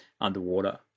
underwater